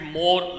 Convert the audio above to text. more